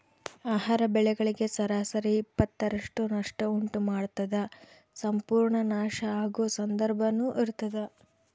ಆಹಾರ ಬೆಳೆಗಳಿಗೆ ಸರಾಸರಿ ಇಪ್ಪತ್ತರಷ್ಟು ನಷ್ಟ ಉಂಟು ಮಾಡ್ತದ ಸಂಪೂರ್ಣ ನಾಶ ಆಗೊ ಸಂದರ್ಭನೂ ಇರ್ತದ